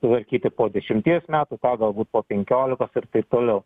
tvarkyti po dešimties metų ką galbūt po penkiolikos ir taip toliau